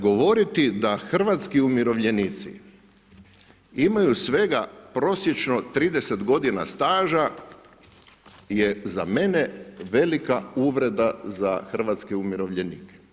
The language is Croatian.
Znate, govoriti da hrvatski umirovljenici imaju svega prosječno 30 godina staža je za mene velika uvreda za hrvatske umirovljenike.